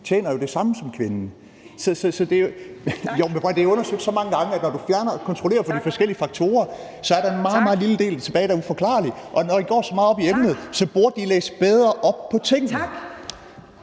tjener jo det samme som kvinden. Det er undersøgt så mange gange. (Fjerde næstformand (Mai Mercado): Tak.) Når du kontrollerer for de forskellige faktorer, er der en meget, meget lille del tilbage, som er uforklarlig, og når I går så meget op i emnet, burde I læse bedre op på tingene.